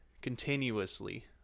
continuously